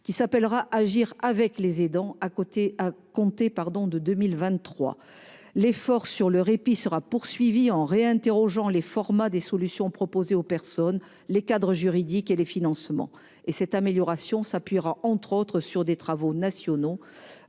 qui sera lancée à compter de 2023. L'effort sur le répit sera poursuivi en réinterrogeant le format des solutions proposées aux personnes, leur cadre juridique et leur financement. Cette amélioration s'appuiera entre autres sur des travaux nationaux,